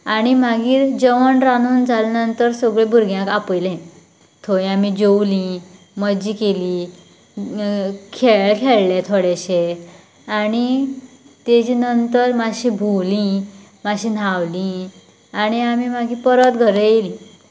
आनी मागीर जेवण रांदून जाले नंतर सगळें भुरग्यांक आपयले थंय आमी जेवली मज्जा केली खेळ खेळ्ळे थोडेशें आनी तेजे नंतर मातशीं भोंवलीं मातशीं न्हांवली आनी आमी मागीर परत घरा येयली